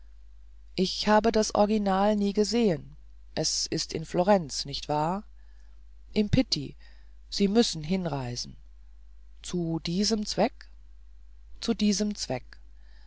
ich habe das original nie gesehen es ist in florenz nicht wahr im pitti sie müssen hinreisen zu diesem zweck zu diesem zweck